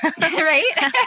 Right